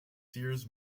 sears